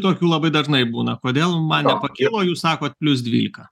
tokių labai dažnai būna kodėl man nepakilo jūs sakot plius dvylika